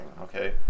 okay